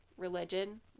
religion